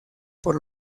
por